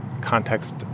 context